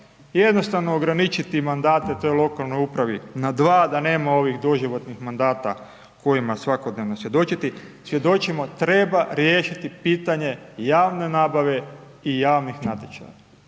jednostavno ograničiti mandate toj lokalnoj upravi, na 2 da nema ovih doživotnih mandata kojima svakodnevno svjedočiti, svjedočimo, treba riješiti pitanje javne nabave i javnih natječaja,